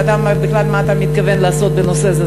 ובכלל מה אתה מתכוון לעשות בנושא הזה.